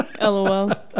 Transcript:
LOL